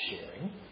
sharing